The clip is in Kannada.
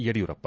ಯಡಿಯೂರಪ್ಪ